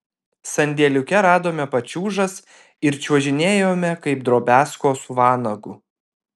sandėliuke radome pačiūžas ir čiuožinėjome kaip drobiazko su vanagu